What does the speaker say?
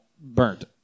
burnt